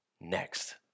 next